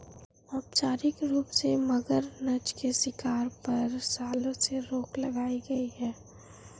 औपचारिक रूप से, मगरनछ के शिकार पर, सालों से रोक लगाई गई है